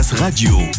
Radio